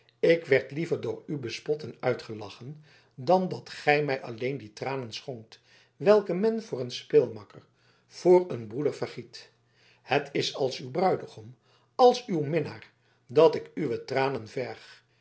ik werd liever door u bespot en uitgelachen dan dat gij mij alleen die tranen schonkt welke men voor een speelmakker voor een broeder vergiet het is als uw bruidegom als uw minnaar dat ik uwe tranen verg